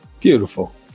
beautiful